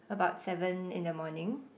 about seven in the morning